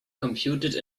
computed